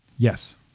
Yes